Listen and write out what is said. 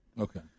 Okay